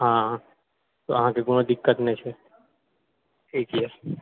हँ अहाँकऽ कोनो दिक्कत नहि छै ठीक यऽ